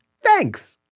Thanks